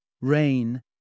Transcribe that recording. RAIN